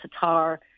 Tatar